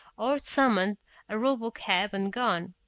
or summoned a robotcab and gone.